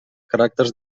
caràcters